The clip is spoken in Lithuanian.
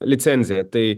licenziją tai